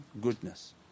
goodness